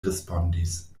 respondis